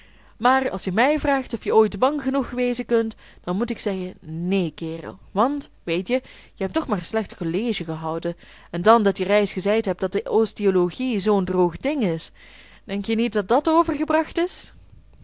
maar als je mij vraagt of je ooit bang genoeg wezen kunt dan moet ik zeggen neen kerel want weetje je hebt toch maar slecht college gehouden en dan dat je reis gezeid hebt dat de osteologie zoo'n droog ding is denkje niet dat dat overgebracht is